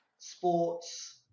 sports